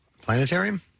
Planetarium